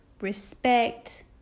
respect